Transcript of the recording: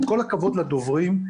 עם כל הכבוד לדוברים,